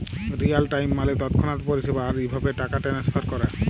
Real time মালে তৎক্ষণাৎ পরিষেবা, আর ইভাবে টাকা টেনেসফার ক্যরে